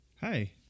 Hi